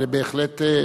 אבל בהחלט,